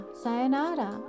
sayonara